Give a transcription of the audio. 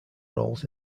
roles